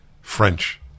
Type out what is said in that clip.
French